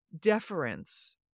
deference